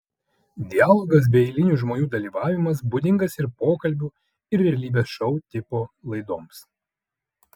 dialogas bei eilinių žmonių dalyvavimas būdingas ir pokalbių ir realybės šou tipo laidoms